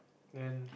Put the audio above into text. and